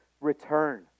return